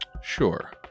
Sure